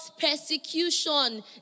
persecution